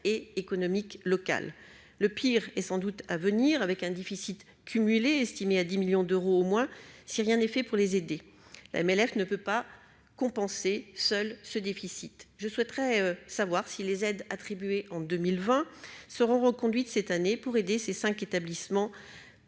et économique locale, le pire est sans doute à venir avec un déficit cumulé estimé à 10 millions d'euros au moins si rien n'est fait pour les aider, MLF ne peut pas compenser, seul ce déficit, je souhaiterais savoir si les aides attribuées en 2020 sera reconduite cette année pour aider ces 5 établissements